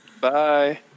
Bye